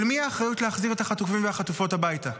של מי האחריות להחזיר את החטופים והחטופות הביתה?